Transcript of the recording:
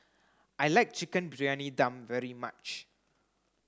I like Chicken Briyani Dum very much